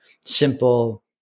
simple